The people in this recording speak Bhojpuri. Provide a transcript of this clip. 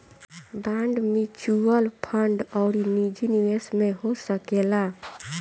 बांड म्यूच्यूअल फंड अउरी निजी निवेश में हो सकेला